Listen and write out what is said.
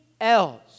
else